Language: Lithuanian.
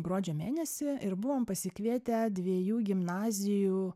gruodžio mėnesį ir buvom pasikvietę dviejų gimnazijų